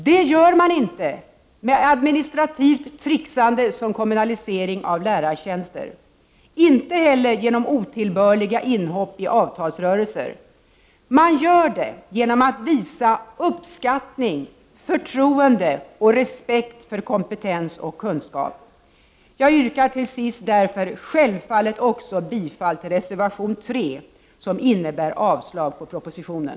Det gör man inte med administrativt trixande som kommunalisering av lärartjänster — inte heller genom otillbörliga inhopp i avtalsrörelser. Man gör det genom att visa uppskattning, förtroende och respekt för kompetens och kunskap! Jag yrkar därför självfallet också bifall till reservation 3, som innebär avslag på propositionen.